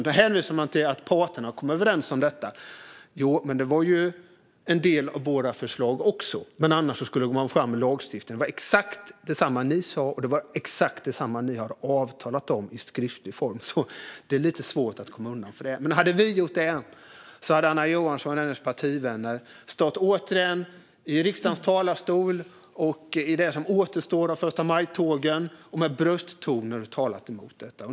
Ni hänvisar till att parterna har kommit överens om detta, men det var också en del av våra förslag - annars skulle man gå fram med lagstiftning. Det var exakt detsamma som ni sa, och det var exakt detsamma som ni har avtalat om i skriftlig form. Det är lite svårt att komma undan detta. Hade vi gjort det här hade Anna Johansson och hennes partivänner återigen stått i riksdagens talarstol och i det som återstår av förstamajtågen och med brösttoner talat emot det.